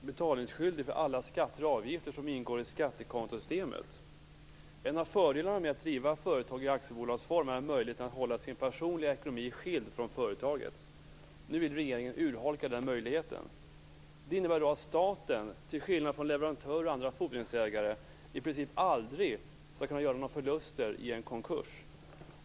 betalningsskyldig för alla skatter och avgifter som ingår i skattekontosystemet. En av fördelarna med att driva företag i aktiebolagsform är möjligheten att hålla sin personliga ekonomi skild från företagets. Nu vill regeringen urholka den möjligheten. Det innebär att staten, till skillnad från leverantörer och andra fordringsägare, i princip aldrig skall kunna göra några förluster i en konkurs.